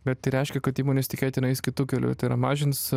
bet tai reiškia kad įmonės tikėtinai eis kitu keliu tai yra mažins